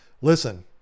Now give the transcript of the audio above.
Listen